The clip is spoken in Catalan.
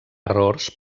errors